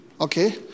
okay